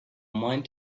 mind